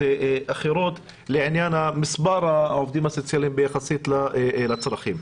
אחרות לעניין מספר העובדים הסוציאליים יחסית לצרכים.